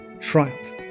triumph